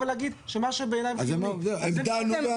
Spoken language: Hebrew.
אז הם דנו ואמרו.